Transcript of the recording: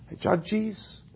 judges